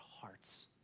hearts